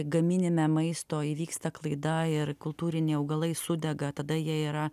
gaminime maisto įvyksta klaida ir kultūriniai augalai sudega tada jie yra